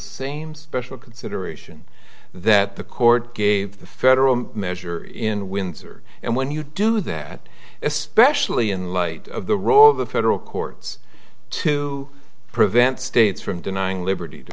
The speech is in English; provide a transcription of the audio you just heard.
same special consideration that the court gave the federal measure in windsor and when you do that especially in light of the role of the federal courts to prevent states from denying liberty to